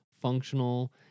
functional